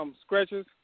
scratches